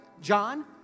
John